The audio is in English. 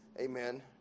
Amen